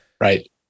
right